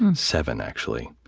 and seven, actually.